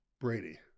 Brady